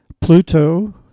Pluto